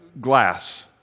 glass